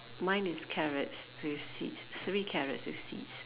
mine is carrots with seeds three carrots with seeds